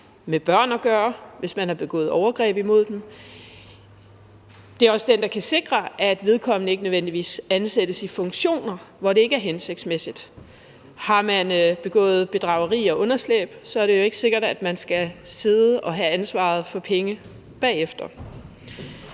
med børn at gøre, hvis man har begået overgreb mod dem. Det er også den, der kan sikre, at vedkommende ikke nødvendigvis ansættes i funktioner, hvor det ikke er hensigtsmæssigt. Har man begået bedrageri og underslæb, er det jo ikke sikkert, at man skal sidde og have ansvar for penge bagefter.